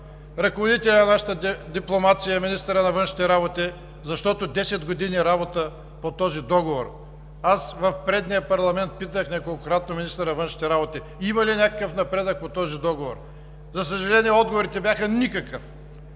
ръководителя на нашата дипломация – министъра на външните работи, защото десет години работиха по този договор. В предния парламент аз питах неколкократно министъра на външните работи: „Има ли напредък по този договор?“. За съжаление, отговорите бяха: „Никакъв!“.